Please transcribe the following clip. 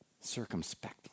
circumspectly